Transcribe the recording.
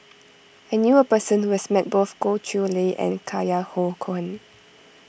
I knew a person who has met both Goh Chiew Lye and Cohen